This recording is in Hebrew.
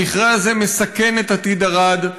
המכרה הזה מסכן את עתיד ערד,